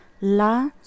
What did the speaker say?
La